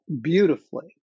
beautifully